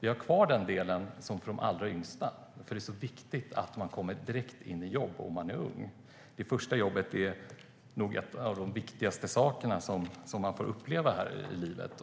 vi vill ha kvar den sänkta arbetsgivaravgiften för de allra yngsta. Det är viktigt att man, om man är ung, kommer direkt in i jobb. Det första jobbet är nog något av det viktigaste som man får uppleva i livet.